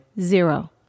Zero